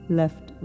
left